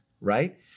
right